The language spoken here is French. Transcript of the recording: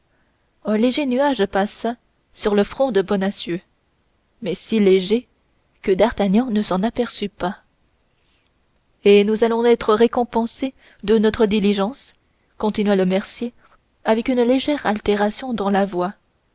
un léger nuage passa sur le front de bonacieux mais si léger que d'artagnan ne s'en aperçut pas et nous allons être récompensé de notre diligence continua le mercier avec une légère altération dans la voix